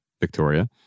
Victoria